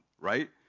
right